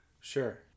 Sure